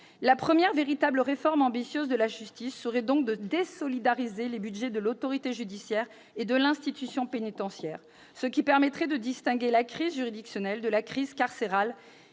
la première véritable réforme ambitieuse de la justice serait-elle de désolidariser les budgets de l'autorité judiciaire et de l'institution pénitentiaire, ce qui permettrait de distinguer la crise juridictionnelle de la crise carcérale,